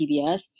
PBS